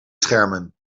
schermen